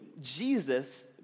Jesus